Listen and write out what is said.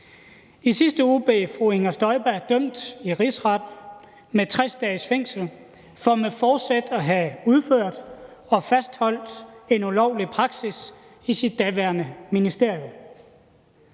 I sidste uge blev fru Inger Støjberg dømt i Rigsretten med 60 dages fængsel for med forsæt at have udført og fastholdt en ulovlig praksis i sit daværende ministerium.